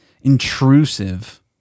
intrusive